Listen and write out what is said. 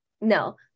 No